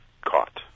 caught